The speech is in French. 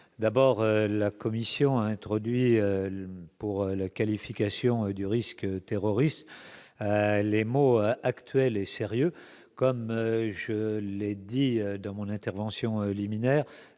d'abord, la commission a introduit pour la qualification du risque terroriste, les maux actuels et sérieux, comme je l'ai dit dans mon intervention liminaire,